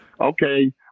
okay